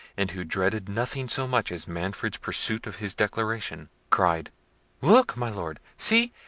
and who dreaded nothing so much as manfred's pursuit of his declaration, cried look, my lord! see,